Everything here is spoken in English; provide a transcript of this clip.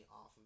off